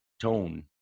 tone